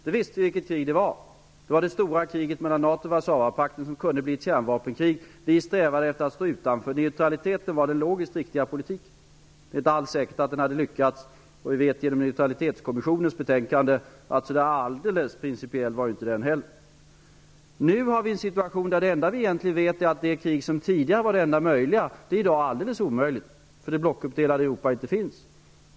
Vi visste att det var det stora kriget mellan NATO och Warszawapakten, som kunde bli ett kärnvapenkrig. Vi strävade efter att stå utanför. Neutraliteten var det logiskt riktiga. Det är inte alls säkert att den hade lyckats. Vi vet genom neutralitetskommissionens betänkande att den neutraliteten inte var så alldeles principiell. Nu befinner vi oss i en situation då det enda som vi egentligen vet är att det krig som tidigare var det enda möjliga i dag är alldeles omöjligt, eftersom det blockuppdelade Europa inte finns.